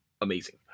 amazing